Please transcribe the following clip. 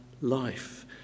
life